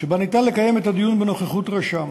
שבה ניתן לקיים את הדיון בנוכחות רשם.